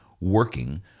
working